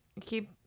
Keep